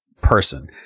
person